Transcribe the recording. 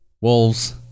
Wolves